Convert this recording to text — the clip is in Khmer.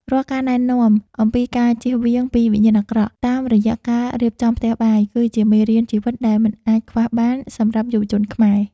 រាល់ការណែនាំអំពីការជៀសវាងពីវិញ្ញាណអាក្រក់តាមរយៈការរៀបចំផ្ទះបាយ គឺជាមេរៀនជីវិតដែលមិនអាចខ្វះបានសម្រាប់យុវជនខ្មែរ។